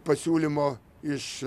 pasiūlymo iš